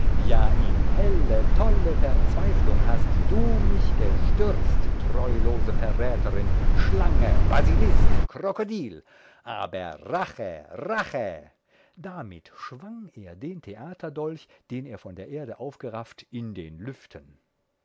ja in helle tolle verzweiflung hast du mich gestürzt treulose verräterin schlange basilisk krokodil aber rache rache damit schwang er den theaterdolch den er von der erde aufgerafft in den lüften